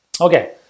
Okay